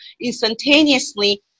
instantaneously